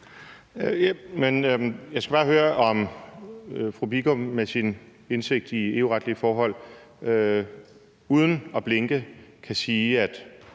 Jeg skal bare høre, om fru Marianne Bigum med sin indsigt i EU-retlige forhold uden at blinke kan sige, at